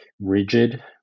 rigid